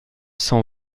cent